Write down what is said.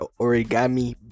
origami